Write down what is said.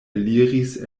eliris